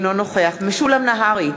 אינו נוכח משולם נהרי,